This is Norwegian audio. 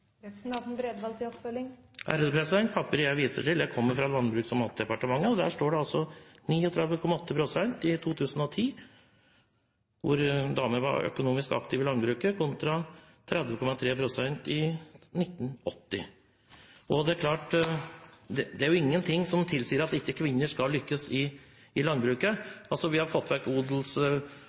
Papiret jeg viser til, kommer fra Landbruks- og matdepartementet, og der står det at 39,8 pst. damer var økonomisk aktive i landbruket i 2010, kontra 30,3 pst. i 1980. Det er klart at det er ingenting som tilsier at ikke kvinner skal lykkes i landbruket. Vi har fått